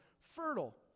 fertile